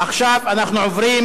עכשיו אנחנו עוברים